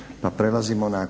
Pa prelazimo na